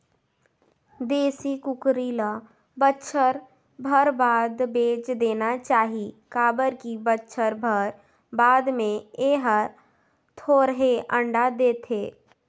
देसी कुकरी ल बच्छर भर बाद बेच देना चाही काबर की बच्छर भर बाद में ए हर थोरहें अंडा देथे